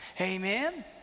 Amen